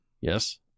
Yes